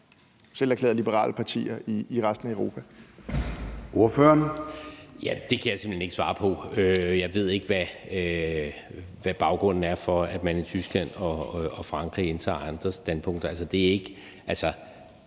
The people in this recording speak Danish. selverklærede liberale partier,i resten af Europa?